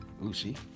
Lucy